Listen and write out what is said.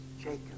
Jacob